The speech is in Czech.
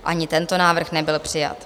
Ani tento návrh nebyl přijat.